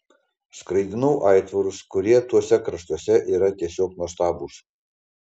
skraidinau aitvarus kurie tuose kraštuose yra tiesiog nuostabūs